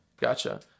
Gotcha